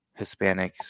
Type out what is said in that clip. Hispanics